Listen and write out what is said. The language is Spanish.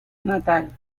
natal